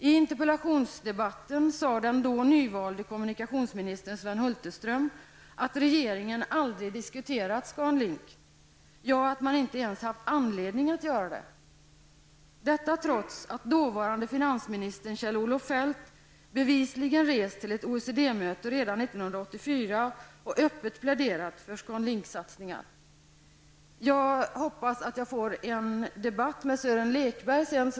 I interpellationsdebatten sade den då nyvalde kommunikationsministern Sven Hulterström att regeringen aldrig diskuterat Scan Link och att man inte ens haft anledning att göra det, detta trots att dåvarande finansministern, Kjell-Olof Feldt, bevisligen hade rest till ett OECD-möte redan 1984 och öppet pläderat för Scan Link-satsningar. Jag hoppas att jag får en debatt med Sören Lekberg sedan.